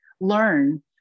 learn